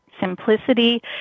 Simplicity